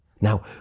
Now